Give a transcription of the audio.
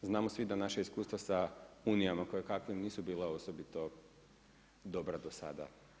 Znamo svi da na naša iskustva sa Unijama koje kakvim nisu bila osobito dobra do sada.